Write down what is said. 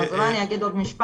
אז אני אגיד עוד משפט,